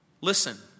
Listen